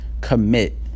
commit